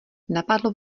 napadlo